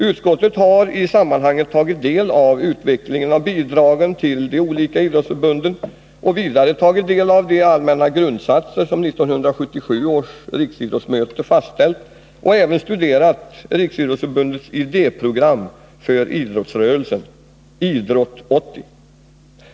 Utskottet har i sammanhanget tagit del av utvecklingen av bidragen till de olika idrottsförbunden och vidare tagit del av de allmänna grundsatser som 1977 års riksidrottsmöte fastställt samt studerat Riksidrottsförbundets idéprogram för idrottsrörelsen, Idrott 80.